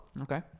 Okay